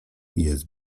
jest